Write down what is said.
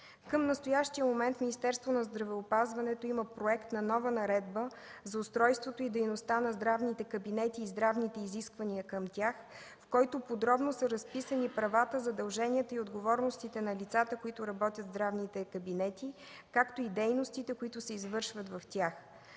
Към настоящия момент в Министерството на здравеопазването има Проект на нова наредба за устройството и дейността на здравните кабинети и здравните изисквания към тях, в който подробно са разписани правата, задълженията и отговорностите на лицата, които работят в здравните кабинети, както и дейностите, които се извършват в тях.